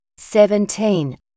Seventeen